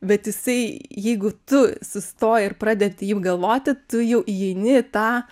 bet jisai jeigu tu sustoji ir pradedi taip galvoti tu jau įeini į tą